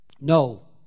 No